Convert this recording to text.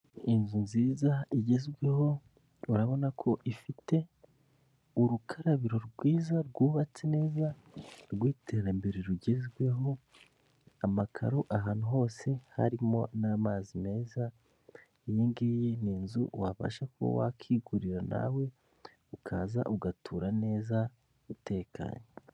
Inzu nziza igezweho urabona ko ifite urukarabiro rwiza rwubatse neza rw'iterambere rugezweho, amakaro ahantu hose harimo n'amazi meza, iyi ngiyi ni inzu wabasha kuba wakigurira nawe ukaza ugatura neza utekanye.